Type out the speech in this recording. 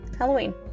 Halloween